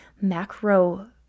macro